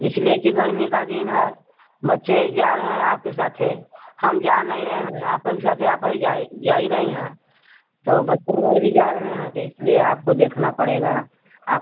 इसलिए की गर्मी का दिन है बच्चे जा रहे हैं आपके साथे हम जा नहीं रहे हैं आप ही के साथे आप ही जाई जाई रही हैं तो बच्चे हमारे भी जा रहे हैं तो इसलिए आपको देखना पड़ेगा आप